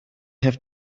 have